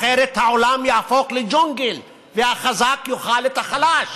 אחרת העולם יהפוך לג'ונגל והחזק יאכל את החלש.